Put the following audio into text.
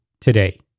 today